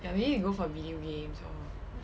ya maybe they go for video games or